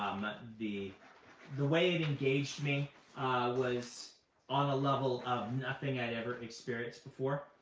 the the way it engaged me was on a level of nothing i'd ever experienced before.